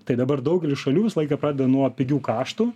tai dabar daugelis šalių visą laiką pradeda nuo pigių kaštų